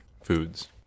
foods